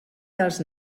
dels